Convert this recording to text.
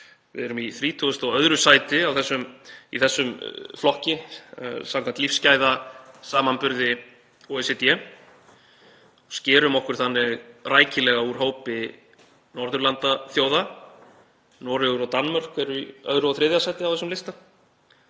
Við erum í 32. sæti í þessum flokki samkvæmt lífsgæðasamanburði OECD, skerum okkur þannig rækilega úr hópi Norðurlandaþjóða. Noregur og Danmörk eru í 2. og 3. sæti á þessum lista.